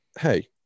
hey